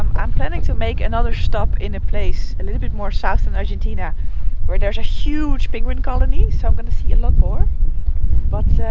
i'm planning to make another stop in a place a little bit more south in argentina where there's a huge penguin colony, so i'm going to see a lot more but